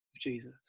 jesus